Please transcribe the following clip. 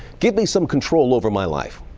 give me some control over my life.